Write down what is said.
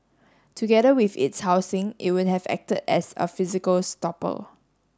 together with its housing it would have acted as a physical stopper